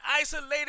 isolated